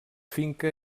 finca